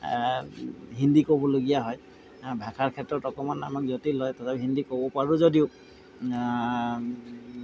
হিন্দী ক'বলগীয়া হয় ভাষাৰ ক্ষেত্ৰত অকণমান আমাক জটিল হয় তথাপি হিন্দী ক'ব পাৰোঁ যদিও